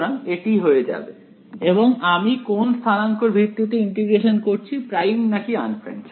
সুতরাং এটি হয়ে যাবে এবং আমি কোন স্থানাঙ্ক এর ভিত্তিতে ইন্টিগ্রেশন করছি প্রাইম নাকি আনপ্রাইম